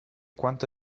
quanto